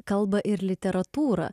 kalbą ir literatūrą